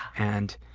and